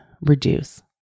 reduce